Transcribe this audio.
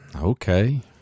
Okay